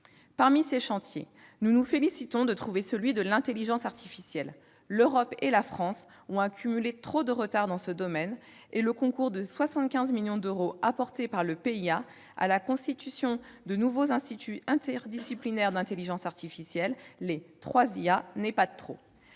cette ambition. Nous nous félicitons que figure le chantier de l'intelligence artificielle. L'Europe et la France ont accumulé trop de retard dans ce domaine ; le concours de 75 millions d'euros apporté par le PIA 3 à la constitution des nouveaux instituts interdisciplinaires d'intelligence artificielle (3IA) n'est donc pas de trop.